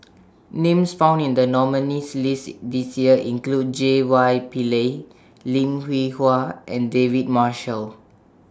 Names found in The nominees' list This Year include J Y Pillay Lim Hwee Hua and David Marshall